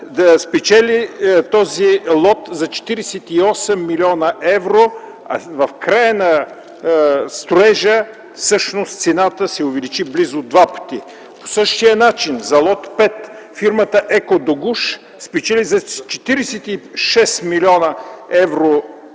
спечели този лот за 48 млн. евро, а в края на строежа всъщност цената се увеличи близо два пъти. По същия начин, за лот 5 фирмата „Еко-Догуш” спечели за 46 млн. евро